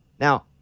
Now